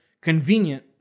convenient